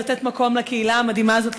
לתת מקום לקהילה המדהימה הזאת,